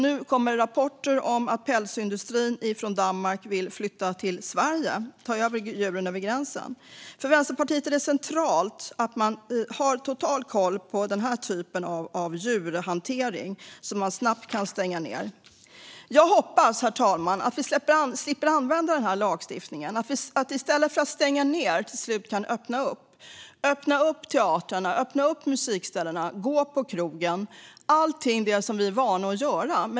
Nu kommer rapporter om att pälsindustrin i Danmark vill flytta till Sverige. Man vill alltså ta djuren över gränsen. För Vänsterpartiet är det centralt att man har total koll på den här typen av djurhantering så att man snabbt kan stänga ned. Jag hoppas, herr talman, att vi slipper använda den här lagstiftningen, att vi i stället för att stänga ned till slut kan öppna upp teatrar och musikställen, gå på krogen och göra allt det som vi är vana att göra.